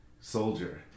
soldier